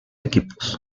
equipos